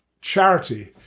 charity